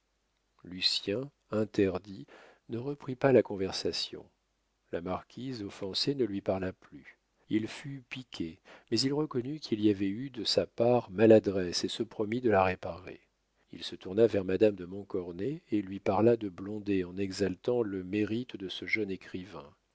lucien interdit ne reprit pas la conversation la marquise offensée ne lui parla plus il fut piqué mais il reconnut qu'il y avait eu de sa part maladresse et se promit de la réparer il se tourna vers madame de montcornet et lui parla de blondet en exaltant le mérite de ce jeune écrivain